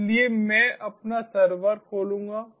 इसलिए मैं अपना सर्वर खोलूंगा